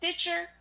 Stitcher